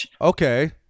okay